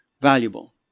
valuable